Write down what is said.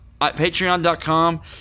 Patreon.com